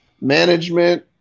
management